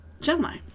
Gemini